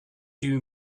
you